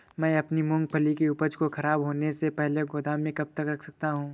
मैं अपनी मूँगफली की उपज को ख़राब होने से पहले गोदाम में कब तक रख सकता हूँ?